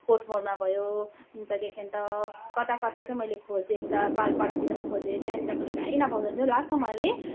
court मोडमा भयो अन्तदेखि त कता कता चाहिँ मैले खोजेँ उता पालपाडातिर खोजेँ त्यहाँनिर मैले कहीँ नपाउँदा त्यही लास्टमा मैले